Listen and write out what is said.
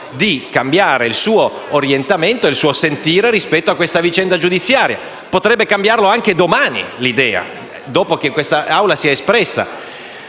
di cambiare il suo orientamento e il suo sentire rispetto a questa vicenda giudiziaria; potrebbe cambiare idea anche domani, dopo che quest'Assemblea si sia espressa.